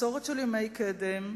מסורת של ימי קדם,